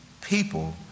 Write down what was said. people